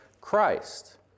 Christ